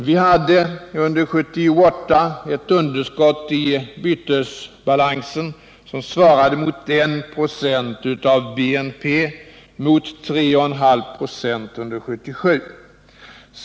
Vi hade under 1978 ett underskott i bytesbalansen som svarade mot 1 96 av BNP mot 3,5 26 under 1977.